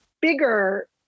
bigger